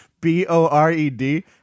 B-O-R-E-D